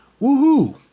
woohoo